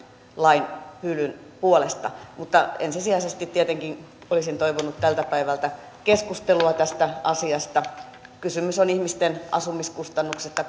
lain hylyn puolesta mutta ensisijaisesti tietenkin olisin toivonut tältä päivältä keskustelua tästä asiasta kysymys on ihmisten asumiskustannuksista